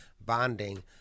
bonding